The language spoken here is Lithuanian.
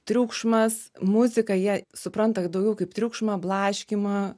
triukšmas muzika jie supranta daugiau kaip triukšmą blaškymą